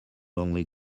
only